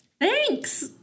Thanks